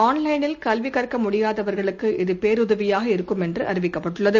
ஆன்லைனில் கல்வி கற்க முடியாதவர்களுக்கு இது பேருதவியாக இருக்கும் என்று அறிவிக்கப்பட்டுள்ளது